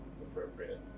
appropriate